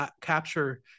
capture